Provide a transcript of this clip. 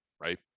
right